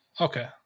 Okay